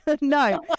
no